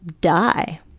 die